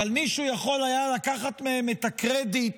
אבל מישהו יכול היה לקחת מהם את הקרדיט